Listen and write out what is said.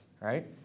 right